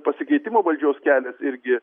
pasikeitimo valdžios kelias irgi